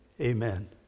amen